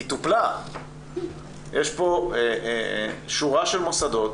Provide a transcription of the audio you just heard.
יש פה שורת מוסדות